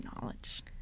knowledge